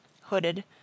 hooded